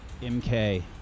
MK